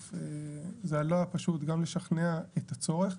זה לא היה פשוט גם לשכנע את הצורך.